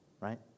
right